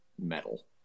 metal